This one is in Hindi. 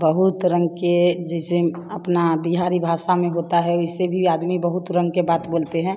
बहुत रंग के जैसे अपना बिहारी में भाषा में होता है वैसे भी आदमी बहुत रंग के बात बोलते हैं